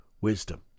wisdom